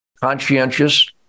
conscientious